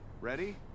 Ready